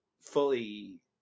fully